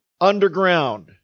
underground